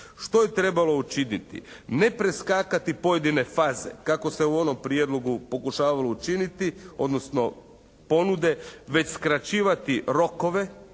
Što je trebalo učiniti? Ne preskakati pojedine faze kako se u onom prijedlogu pokušavalo učiniti, odnosno ponude, već skraćivati rokove